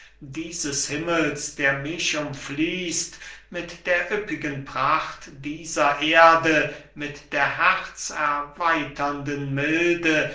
dieses himmels der mich umfließt mit der üppigen pracht dieser erde mit der herzerweiternden milde